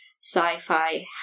sci-fi